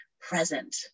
present